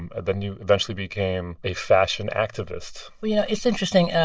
and then you eventually became a fashion activist well, you know, it's interesting.